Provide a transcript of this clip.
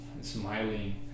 smiling